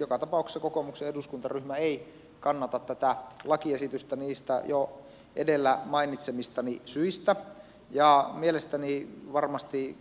joka tapauksessa kokoomuksen eduskuntaryhmä ei kannata tätä lakiesitystä niistä jo edellä mainitsemistani syistä ja mielestäni